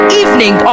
evening